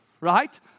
right